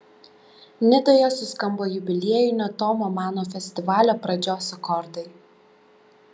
nidoje suskambo jubiliejinio tomo mano festivalio pradžios akordai